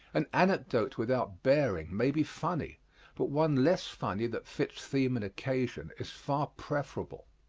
an anecdote without bearing may be funny but one less funny that fits theme and occasion is far preferable.